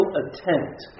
attempt